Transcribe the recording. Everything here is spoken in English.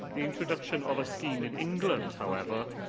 the introduction of a scheme in england, however,